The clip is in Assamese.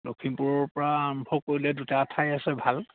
লখিমপুৰৰ পৰা আৰম্ভ কৰিলে দুটা ঠাই আছে ভাল